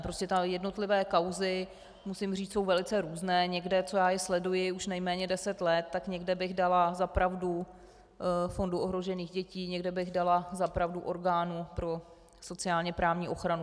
Prostě jednotlivé kauzy, musím říci, jsou velice různé, někde, co já je sleduji už nejméně deset let, tak někde bych dala za pravdu Fondu ohrožených dětí, někde bych dala za pravdu orgánu pro sociálněprávní ochranu.